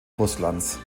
russlands